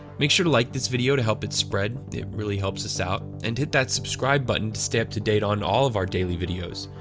make sure to like this video to help it spread, it really helps us out. and hit that subscribe button to stay up to date on all of our daily videos.